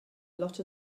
lot